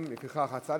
העבודה.